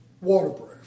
waterproof